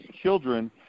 children